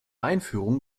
einführung